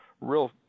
real